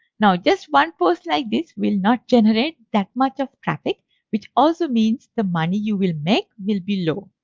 now just one post like this will not generate that much of traffic which also means the money you will make will be low.